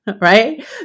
right